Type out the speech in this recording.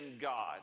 God